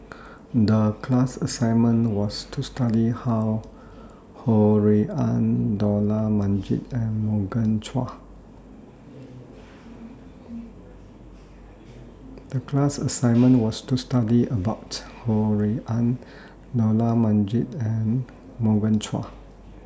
The class assignment was to study How Ho Rui An Dollah Majid and Morgan Chua